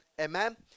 Amen